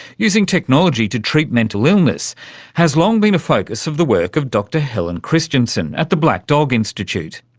using technology to treat mental illness has long been a focus of the work of dr helen christensen at the black dog institute.